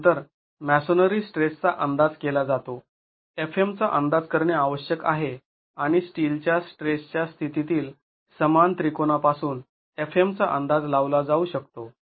त्यानंतर मॅसोनरी स्ट्रेसचा अंदाज केला जातो fm चा अंदाज करणे आवश्यक आहे आणि स्टीलच्या स्ट्रेसच्या स्थितीतील समान त्रिकोणापासून fm चा अंदाज लावला जाऊ शकतो